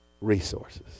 resources